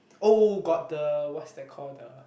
oh got the what's that called the